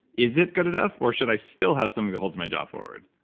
is it good enough or should i still have something that holds my jaw forward?